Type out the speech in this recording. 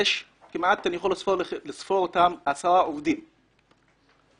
אני יכול לספור ולומר שיש כמעט 10 עובדים בדואי.